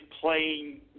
playing